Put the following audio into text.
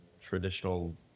traditional